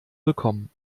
bekommen